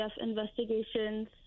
investigations